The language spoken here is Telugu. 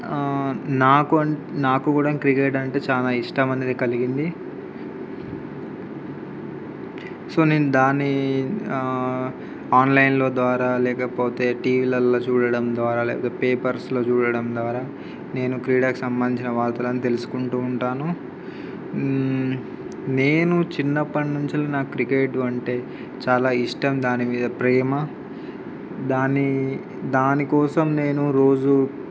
నాకు అన్ నాకు కూడా క్రికెట్ అంటే చాలా ఇష్టం అనేది కలిగింది సో నేను దాన్ని ఆన్లైన్ల ద్వారా లేకపోతే టీవీలలో చూడడం ద్వారా లేకపోతే పేపర్స్లో చూడడం ద్వారా నేను క్రీడకి సంబంధించిన వార్తలను తెలుసుకుంటు ఉంటాను నేను చిన్నప్పటి నుంచి వెళ్ళి నాకు క్రికెట్ అంటే చాలా ఇష్టం దాని మీద ప్రేమ దాన్ని దాని కోసం నేను రోజు